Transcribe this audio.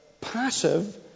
passive